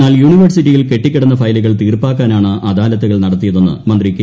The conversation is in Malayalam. എന്നാൽ യൂണിവേഴ്സിറ്റിയിൽ കെട്ടിക്കിടന്ന ഫയലുകൾ തീർപ്പാക്കാനാണ് അദാലത്തുകൾ നടത്തിയതെന്ന് മന്ത്രി കെ